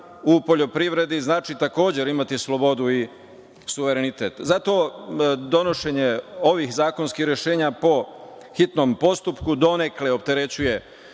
u poljoprivredi, znači, takođe, imati slobodu i suverenitet. Zato donošenje ovih zakonskih rešenja po hitnom postupku donekle opterećuje